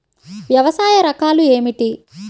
వ్యవసాయ రకాలు ఏమిటి?